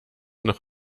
noch